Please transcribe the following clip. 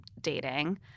dating